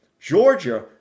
Georgia